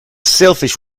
selfish